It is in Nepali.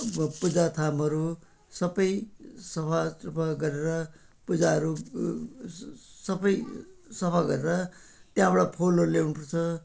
अब पूजा ठाउँहरू सबै सफासुफा गरेर पूजाहरू सबै सफा गरेर त्यहाँबाट फुलहरू ल्याउनुपर्छ